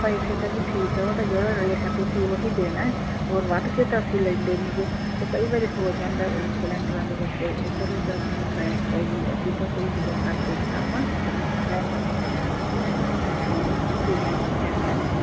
ਪੈਸੇ ਤਾਂ ਜੀ ਠੀਕ ਆ ਉਹ ਤਾਂ ਜਿਹੜਾ ਰੇਟ ਆ ਤੁਸੀਂ ਉਹ ਹੀ ਦੇਣਾ ਹੈ ਹੋਰ ਵੱਧ ਕੇ ਤਾਂ ਅਸੀਂ ਲੈਂਦੇ ਨਹੀਂ ਗੇ ਉਹ ਕਈ ਵਾਰ ਹੋ ਜਾਂਦਾ ਸਿਲਿੰਡਰਾਂ ਦੇ ਵਿੱਚ ਇੱਧਰ ਉੱਧਰ ਕੋਈ ਅਸੀਂ ਤਾਂ ਕੋਈ ਇਹੋ ਜਿਹਾ ਕਰਦੇ ਨਹੀਂ ਕੰਮ ਗੈਸ ਏਜੰਸੀ 'ਚ ਤਾਂ ਤੁਸੀਂ ਜਾਣੀ